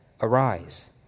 arise